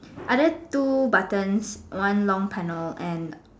either two buttons one long panel and